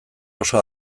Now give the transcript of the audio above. oso